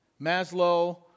Maslow